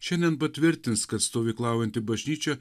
šiandien patvirtins kad stovyklaujanti bažnyčia